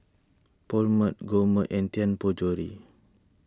Poulet Gourmet and Tianpo Jewellery